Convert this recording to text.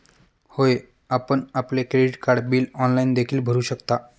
होय, आपण आपले क्रेडिट कार्ड बिल ऑनलाइन देखील भरू शकता